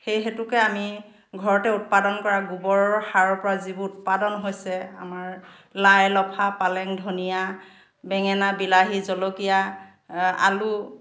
সেই হেতুকে আমি ঘৰতে উৎপাদন কৰা গোবৰৰ সাৰৰ পৰা যিবোৰ উৎপাদন হৈছে আমাৰ লাই লফা পালেং ধনীয়া বেঙেনা বিলাহী জলকীয়া আলু